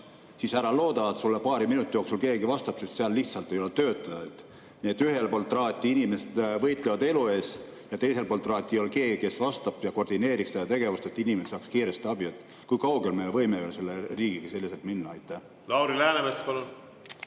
siis ära looda, et sulle paari minuti jooksul keegi vastab. Seal lihtsalt ei ole töötajaid. Nii et ühel pool traati inimesed võitlevad elu eest ja teisel pool traati ei ole kedagi, kes vastab ja koordineerib seda tegevust, et inimene saaks kiiresti abi. Kui kaugele me võime selle riigiga selliselt minna? Lauri Läänemets, palun!